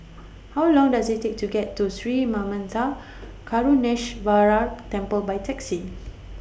How Long Does IT Take to get to Sri Manmatha Karuneshvarar Temple By Taxi